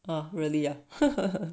ah really ah